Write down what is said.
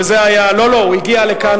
וזה היה, לא, לא, זה הגיע לכאן.